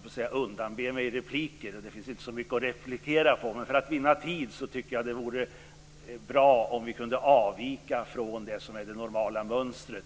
vilja säga, undanber jag mig repliker. Det finns ju inte särskilt mycket att replikera på. För att vinna tid vore det, tycker jag, bra om vi kunde avvika från det normala mönstret.